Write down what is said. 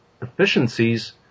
efficiencies